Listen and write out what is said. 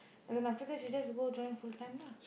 and then after that she just go join full time lah